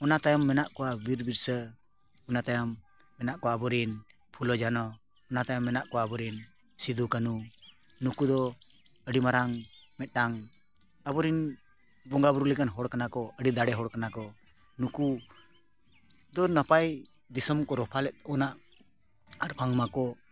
ᱚᱱᱟ ᱛᱟᱭᱚᱢ ᱢᱮᱱᱟᱜ ᱠᱚᱣᱟ ᱵᱤᱨᱥᱟᱹ ᱚᱱᱟ ᱛᱟᱭᱚᱢ ᱢᱮᱱᱟᱜ ᱠᱚᱣᱟ ᱟᱵᱚᱨᱮᱱ ᱯᱷᱩᱞᱚ ᱡᱷᱟᱱᱚ ᱚᱱᱟ ᱛᱟᱭᱚᱢ ᱢᱮᱱᱟᱜ ᱠᱚᱣᱟ ᱟᱵᱚᱨᱮᱱ ᱥᱤᱫᱩ ᱠᱟᱹᱱᱩ ᱱᱩᱠᱩ ᱫᱚ ᱟᱹᱰᱤ ᱢᱟᱨᱟᱝ ᱢᱤᱫᱴᱟᱝ ᱟᱵᱚᱨᱮᱱ ᱵᱚᱸᱜᱟ ᱵᱩᱨᱩ ᱞᱮᱠᱟᱱ ᱦᱚᱲ ᱠᱟᱱᱟ ᱠᱚ ᱟᱹᱰᱤ ᱫᱟᱲᱮ ᱦᱚᱲ ᱠᱟᱱᱟ ᱠᱚ ᱱᱩᱠᱩ ᱫᱚ ᱱᱟᱯᱟᱭ ᱫᱤᱥᱚᱢ ᱠᱚ ᱨᱚᱯᱷᱟ ᱞᱮᱫ ᱚᱱᱟ ᱟᱨ ᱵᱟᱝ ᱢᱟᱠᱚ